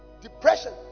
depression